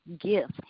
gift